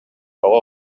оҕо